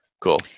cool